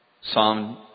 Psalm